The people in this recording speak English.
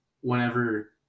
whenever